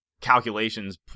calculations